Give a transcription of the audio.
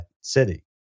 city